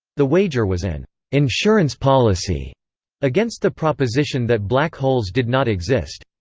the wager was an insurance policy against the proposition that black holes did not exist.